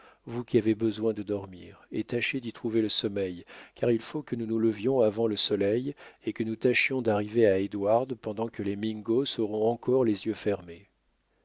vous qui avez besoin de dormir et tachez d'y trouver le sommeil car il faut que nous nous levions avant le soleil et que nous tâchions d'arriver à édouard pendant que les mingos auront encore les yeux fermés